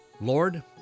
Lord